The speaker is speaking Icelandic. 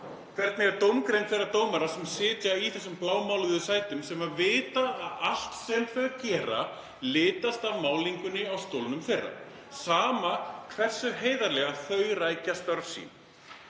Hvernig er dómgreind þeirra dómara sem sitja í þessum blámáluðu sætum og vita að allt sem þau gera litast af málningunni á stólnum þeirra, sama hversu heiðarlega þau rækja störf sín.